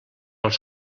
els